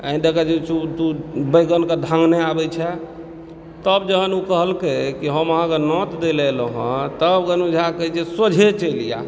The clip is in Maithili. एहि दऽ कऽ जे तोँ बैगनकेँ धङ्गने आबैत छेँ तब जखन ओ कहलकै कि हम अहाँकेँ नोत दै लेल एलहुँ हेँ तब गोनू झा कहैत छै सोझे चलि आ